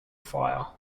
fire